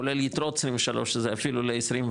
כולל יתרות 23 שזה אפילו ל-24,